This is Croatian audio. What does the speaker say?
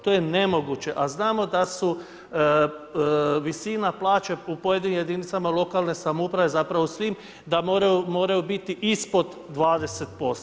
To je nemoguće, a znamo da su visina plaće u pojedinim jedinicama lokalne samouprave zapravo u svim da moraju biti ispod 20%